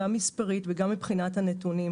גם מספרית וגם מבחינת הנתונים,